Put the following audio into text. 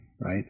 right